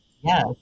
Yes